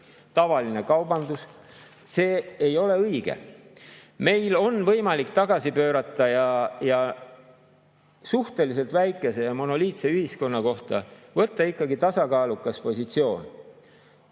tavaline kaubandus. See ei ole õige. Meil on võimalik tagasi pöörata ja suhteliselt väikese ja monoliitse ühiskonna kohta võtta tasakaalukas positsioon,